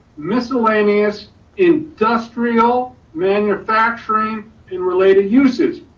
miscellaneous industrial manufacturing and related uses,